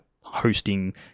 hosting